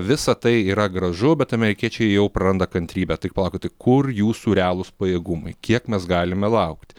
visa tai yra gražu bet amerikiečiai jau praranda kantrybę tai palaukit tai kur jūsų realūs pajėgumai kiek mes galime laukt